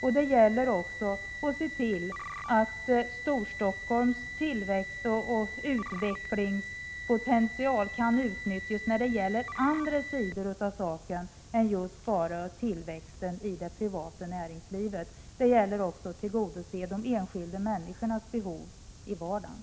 Man måste också se till att Storstockholms tillväxtoch utvecklingspotential kan utnyttjas när det gäller andra sidor av saken än just tillväxten inom det privata näringslivet. Det gäller också att tillgodose de enskilda människornas behov i vardagen.